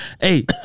Hey